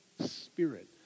Spirit